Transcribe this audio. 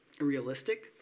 realistic